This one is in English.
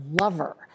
lover